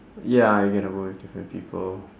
ya you get to work with different people